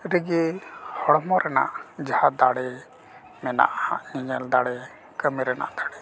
ᱟᱹᱰᱤᱜᱮ ᱦᱚᱲᱢᱚ ᱨᱮᱱᱟᱜ ᱡᱟᱦᱟᱸ ᱫᱟᱲᱮ ᱢᱮᱱᱟᱜᱼᱟ ᱧᱮᱞᱮᱞ ᱫᱟᱲᱮ ᱠᱟᱹᱢᱤ ᱨᱮᱱᱟᱜ ᱫᱟᱲᱮ